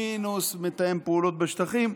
מינוס מתאם פעולות בשטחים.